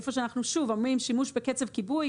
איפה שאנחנו שוב אומרים יש שימוש בקצף כיבוי,